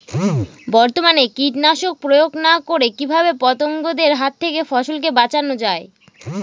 বর্তমানে কীটনাশক প্রয়োগ না করে কিভাবে পতঙ্গদের হাত থেকে ফসলকে বাঁচানো যায়?